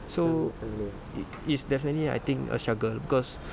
so it it's definitely I think a struggle cause